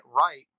right